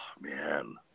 man